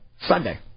Sunday